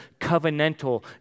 covenantal